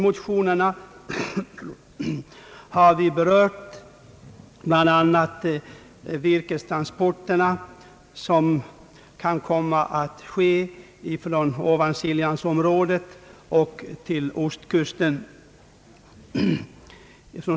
Motionärerna har omnämnt virkestransporterna från Ovansiljan till ostkusten.